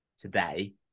today